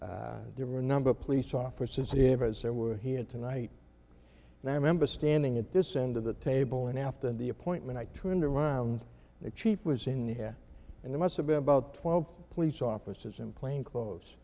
and there were a number of police offices avers there were here tonight and i remember standing at this end of the table and after the appointment i turned around the chief was in here and they must have been about twelve police officers in plain clothes